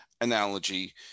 analogy